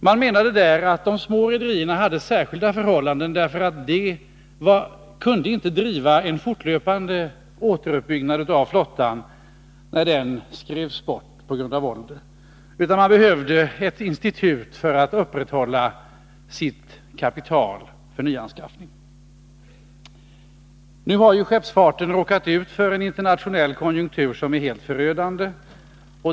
Man menade att de små rederierna hade särskilda förhållanden, eftersom de inte kunde genomföra en fortlöpande återuppbyggnad av sin flotta när den skrevs bort på grund av ålder, utan de behövde ett institut för att upprätthålla kapital för nyanskaffning. Nu har ju skeppsfarten råkat ut för en internationell konjunktur som är helt förödande.